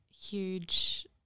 huge